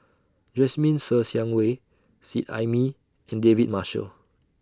Jasmine Ser Xiang Wei Seet Ai Mee and David Marshall